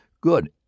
Good